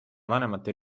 vanemate